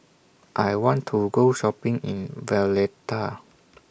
I want to Go Shopping in Valletta